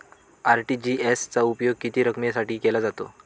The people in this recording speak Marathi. आर.टी.जी.एस चा उपयोग किती रकमेसाठी केला जातो?